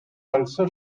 also